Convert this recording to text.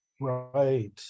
Right